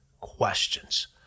questions